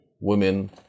women